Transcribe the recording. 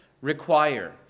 require